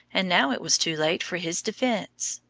and now it was too late for his defense.